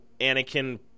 Anakin